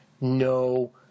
No